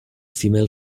female